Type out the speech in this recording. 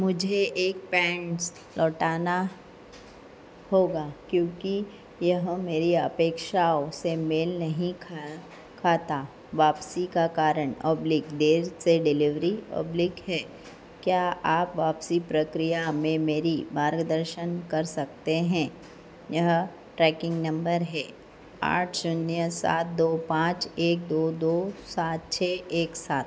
मुझे एक पैन्ट्स लौटाना होगा क्योंकि यह मेरी अपेक्षाओं से मेल नहीं खाता वापसी का कारण देर से डिलीवरी है क्या आप वापसी प्रक्रिया में मेरा मार्गदर्शन कर सकते हैं यहाँ ट्रैकिन्ग नम्बर है आठ शून्य सात दो पाँच एक दो दो सात छह एक सात